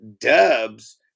dubs